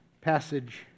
passage